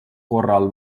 korral